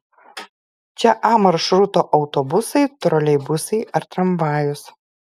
čia a maršruto autobusai troleibusai ar tramvajus